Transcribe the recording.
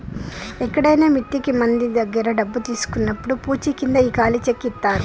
ఎక్కడైనా మిత్తికి మంది దగ్గర డబ్బు తీసుకున్నప్పుడు పూచీకింద ఈ ఖాళీ చెక్ ఇత్తారు